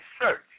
search